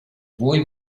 boy